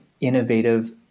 innovative